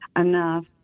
enough